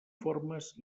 formes